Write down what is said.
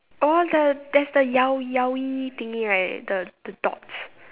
oh the there's the Yao Yayoi thingy right the the dots